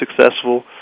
successful